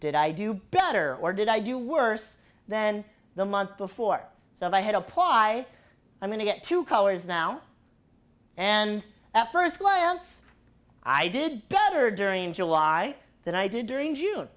did i do better or did i do worse than the month before so i had a pause i i'm going to get two colors now and at first glance i did better during july than i did during june